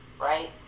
right